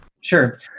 Sure